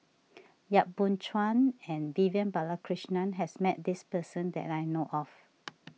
Yap Boon Chuan and Vivian Balakrishnan has met this person that I know of